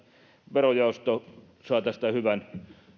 verojaosto saa tästä hyvän